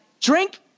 Drink